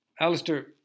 Alistair